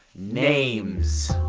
names.